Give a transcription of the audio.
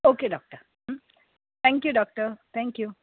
okay doctor thank you doctor thank you